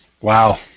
Wow